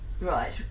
Right